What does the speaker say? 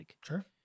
Sure